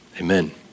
Amen